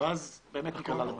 ואז באמת ניקלע למשבר.